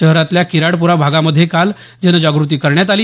शहरातल्या किराडपुरा भागामध्ये काल जनजागृती करण्यात आली